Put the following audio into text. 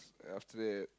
after that